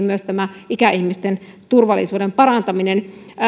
myös tämä ikäihmisten turvallisuuden parantaminen